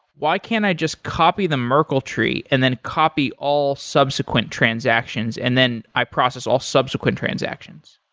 why can't i just copy the merkle tree and then copy all subsequent transactions and then i process all subsequent transactions?